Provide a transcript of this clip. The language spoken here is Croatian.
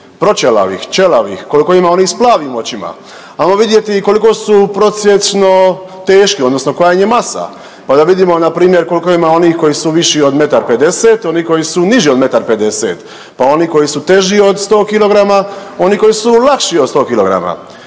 proćelavih, ćelavih, koliko ima onih s plavim očima, ajmo vidjeti koliko su prosječno teški odnosno koja im je masa, pa da vidimo npr. koliko ima onih koji su viši od metar 50, oni koji su niži od metar 50, pa oni koji su teži od 100 kg, oni koji su lakši 100 kg.